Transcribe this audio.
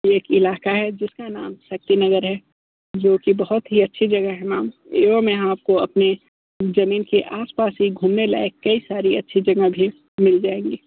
एक इलाक़ा है जिसका नाम शक्तिनगर है जो कि बहुत ही अच्छी जगह है मैम एवं यहाँ आप को अपने ज़मीन के आस पास ही घूमने लायक कई सारी अच्छी जगंह भी मिल जाएंगे